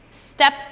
Step